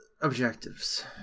objectives